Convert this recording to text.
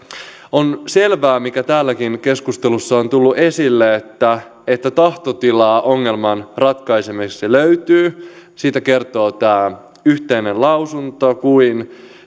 on selvää mikä täälläkin keskustelussa on tullut esille että että tahtotilaa ongelman ratkaisemiseksi löytyy siitä kertoo niin tämä yhteinen lausunto kuin